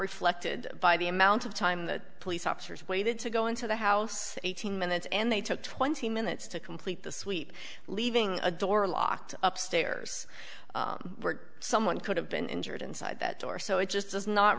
reflected by the amount of time the police officers waited to go into the house eighteen minutes and they took twenty minutes to complete the sweep leaving the door locked up stairs were someone could have been injured inside that door so it just does not